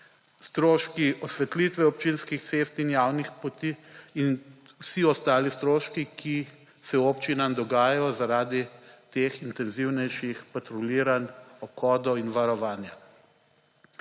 stroški osvetlitve občinskih cest in javnih poti in vsi ostali stroški, ki se občinam dogajajo zaradi teh intenzivnejših patruljiranj, obhodov in varovanja.